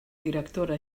directora